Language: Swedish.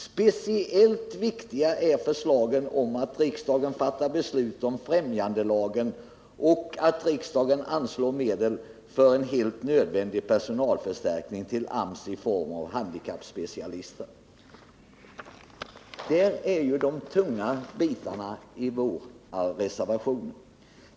Speciellt viktiga är förslagen om att riksdagen fattar beslut om främjandelagen och att riksdagen anslår medel för en helt nödvändig personalförstärkning till AMS i form av handikappspecialister.” Detta är ju de tunga bitarna i vår reservation.